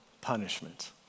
punishment